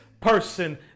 person